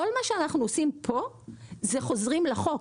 כל מה שאנחנו עושים פה זה לחזור לחוק,